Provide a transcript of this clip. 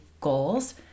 goals